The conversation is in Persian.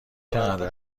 چقدر